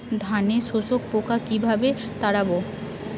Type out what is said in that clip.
ধানে শোষক পোকা কিভাবে তাড়াব?